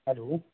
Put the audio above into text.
hello